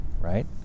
right